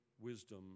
wisdom